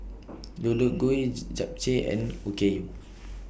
Deodeok Gui Japchae and Okayu